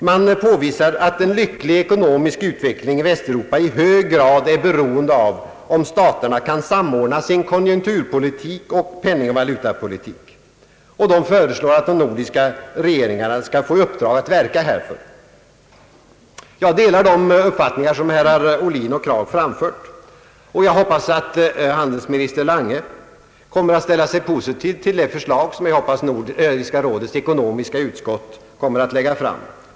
De påvisar att en lycklig ekonomisk utveckling i Västeuropa i hög grad är beroende av om staterna kan samordna sin konjunkturpolitik samt penningoch valutapolitik och föreslår att de nordiska regeringarna skall få i uppdrag att verka härför. Jag delar de uppfattningar som herrar Ohlin och Krag framfört, och jag hoppas handelsminister Lange kommer att ställa sig positiv till det förslag som jag väntar att Nordiska rådets ekonomiska utskott kommer att lägga fram.